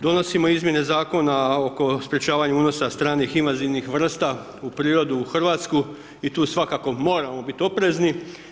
Donosimo izmjene Zakona oko sprečavanja unosa stranih invazivnih vrsta u prirodu u RH i tu svakako moramo biti oprezni.